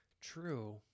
True